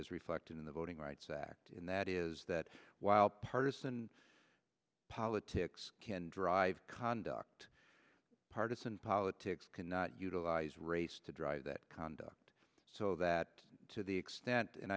reflected in the voting rights act in that is that while partisan politics can drive conduct partisan politics cannot utilize race to drive that conduct so that to the extent and